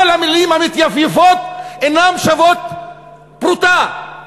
כל המילים המתייפייפות אינן שוות פרוטה.